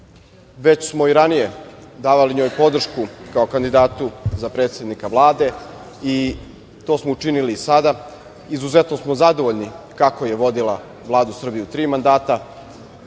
Već smo i ranije davali njoj podršku kao kandidatu za predsednika Vlade i to smo učinili i sada. Izuzetno smo zadovoljni kako je vodila Vladu Srbije u tri mandata.